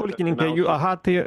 pulkininkų jų aha tai